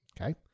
Okay